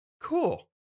Cool